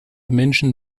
menschen